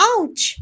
Ouch